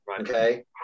okay